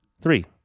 Three